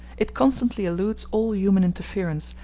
it constantly eludes all human interference,